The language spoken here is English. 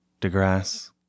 DeGrasse